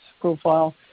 profile